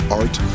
art